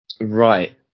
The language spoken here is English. Right